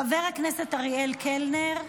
חבר הכנסת אריאל קלנר,